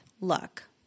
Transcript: look